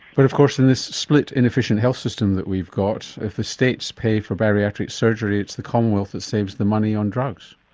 but of course in this split, inefficient health system that we've got, if the states pay for bariatric surgery it's the commonwealth that saves the money on drugs.